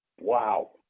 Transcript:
Wow